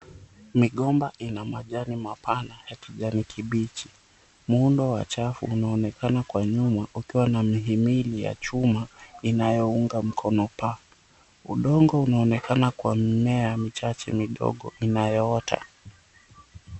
Migomba ina majani mapana ya kijani kibichi. Muundo wa chafu unaonekana kwa nyuma ukiwa na mihimili wa chuma inayounga mkono paa. Udongo unaonekana kwa mimea michache midogo inayoota.